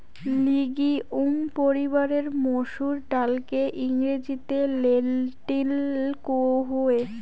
legume পরিবারের মসুর ডালকে ইংরেজিতে লেন্টিল কুহ